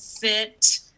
fit